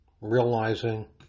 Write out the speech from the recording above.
realizing